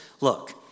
look